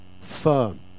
firm